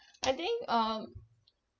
I think um